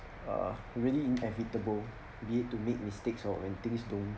uh really inevitable we yet to make mistakes or when things don't